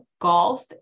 golf